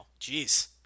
Jeez